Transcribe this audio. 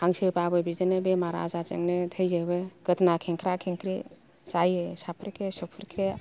हांसोबाबो बिदिनो बेमार आजारजोंनो थैजोबो गोदना खेंख्रा खेंख्रि जायो साफ्रेखे सुफ्रेखे